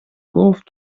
گفت